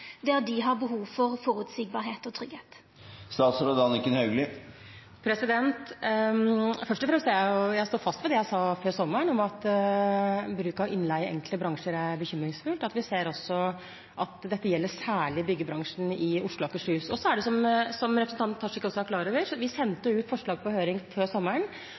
har behov for føreseielege forhold og tryggleik? Først og fremst står jeg fast ved det jeg sa før sommeren, at bruken av innleie i enkelte bransjer er bekymringsfull. Vi ser også at dette særlig gjelder byggebransjen i Oslo og Akershus. Som representanten Tajik også er klar over, sendte vi før sommeren ut på høring forslag til hvordan vi kan håndtere den typen spørsmål. Vi sendte ut tre konkrete forslag på høring.